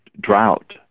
drought